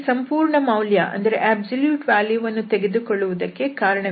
ಇಲ್ಲಿ ಸಂಪೂರ್ಣ ಮೌಲ್ಯ ವನ್ನು ತೆಗೆದುಕೊಳ್ಳುವುದಕ್ಕೆ ಕಾರಣವಿದೆ